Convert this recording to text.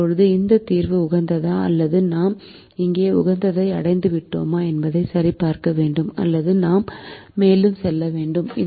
இப்போது இந்த தீர்வு உகந்ததா அல்லது நாம் இங்கே உகந்ததை அடைந்துவிட்டோமா என்பதை சரிபார்க்க வேண்டும் அல்லது நாம் மேலும் செல்ல வேண்டுமா